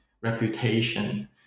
reputation